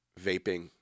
vaping